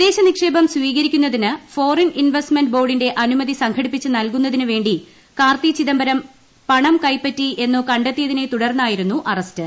വിദേശ നിക്ഷേപം സ്വീകരിക്കുന്നതിന് ഫോറിൻ ഇൻവെസ്റ്റ്മെന്റ് ബോർഡിന്റെ അനുമതി സംഘടിപ്പിച്ച് നൽകുന്നതിനു വേണ്ടി കാർത്തി ചിദംബരം പണം കൈപ്പറ്റി എന്നു കണ്ടെത്തിയതിനെ തുടർന്നായിരുന്നു അറസ്റ്റ്